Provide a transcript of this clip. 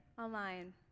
online